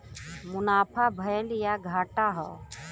मुनाफा भयल या घाटा हौ